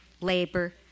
labor